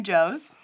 Joes